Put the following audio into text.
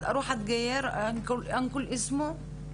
מי שרצח יקבל את העונש שלו בפנים.